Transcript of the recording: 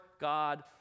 God